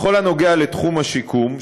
בכל הנוגע לתחום השיקום,